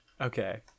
okay